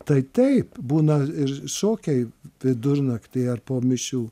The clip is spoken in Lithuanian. tai taip būna ir šokiai vidurnaktį ar po mišių